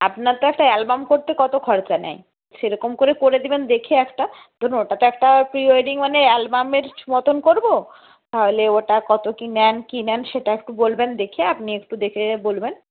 আপনার তো একটা অ্যালবাম করতে কত খরচা নেয় সেরকম করে করে দেবেন দেখে একটা ধরুন ওটা তো একটা প্রি ওয়েডিং মানে অ্যালবামের মতন করব তাহলে ওটা কত কী নেন কী নেন সেটা একটু বলবেন দেখে আপনি একটু দেখে বলবেন